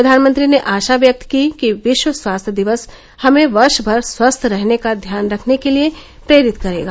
प्रधानमंत्री ने आशा व्यक्त की कि विश्व स्वास्थ्य दिवस हमें वर्ष भर स्वास्थ्य का ध्यान रखने के लिए प्रेरित करेगा